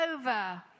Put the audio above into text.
over